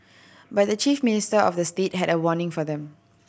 but the chief minister of the state had a warning for them